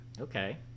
Okay